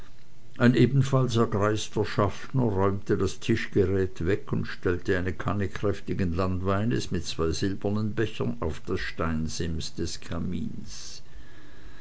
ein ebenfalls ergreister schaffner räumte das tischgeräte weg und stellte eine kanne kräftigen landweins mit zwei silbernen bechern auf das steinsims des kamines